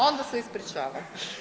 Onda se ispričavam.